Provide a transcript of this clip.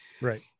right